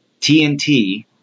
TNT